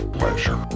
pleasure